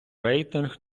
рейтинг